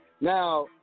Now